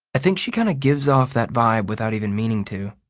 i think she kind of gives off that vibe without even meaning to.